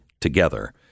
together